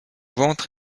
ventre